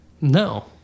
No